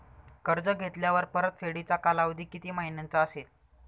कर्ज घेतल्यावर परतफेडीचा कालावधी किती महिन्यांचा असेल?